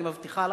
אני מבטיחה לכם,